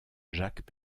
jacques